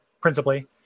principally